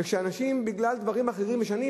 וכאשר בגלל דברים אחרים משנים,